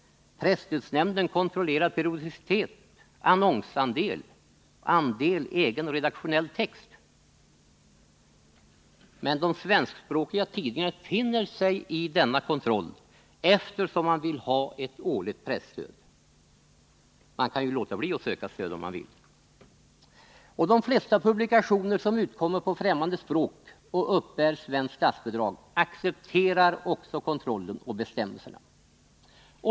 Presstödsnämnden kontrollerar periodicitet, annonsandel och andel egen redaktionell text. De svenskspråkiga tidningarna finner sig i denna kontroll, eftersom man vill ha ett årligt presstöd. Man kan ju låta bli att söka stöd om man så vill. De flesta publikationer som utkommer på främmande språk och uppbär svenskt statsbidrag accepterar också kontrollen och bestämmelserna.